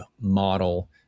model